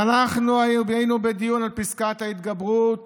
ואנחנו היינו בדיון על פסקת ההתגברות